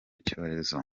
cyorezo